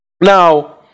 Now